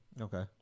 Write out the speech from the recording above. Okay